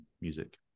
music